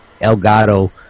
Elgato